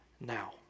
now